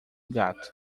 gato